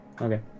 Okay